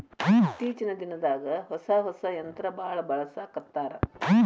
ಇತ್ತೇಚಿನ ದಿನದಾಗ ಹೊಸಾ ಹೊಸಾ ಯಂತ್ರಾ ಬಾಳ ಬಳಸಾಕತ್ತಾರ